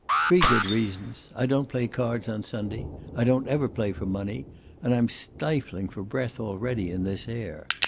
three good reasons i don't play cards on sunday i don't ever play for money and i'm stifling for breath already in this air.